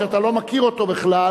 שאתה לא מכיר אותו בכלל,